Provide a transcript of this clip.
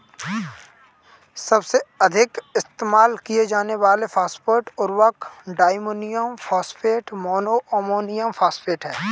सबसे अधिक इस्तेमाल किए जाने वाले फॉस्फेट उर्वरक diammonium phosphate, mono ammonium phosphate हैं